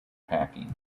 packing